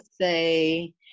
say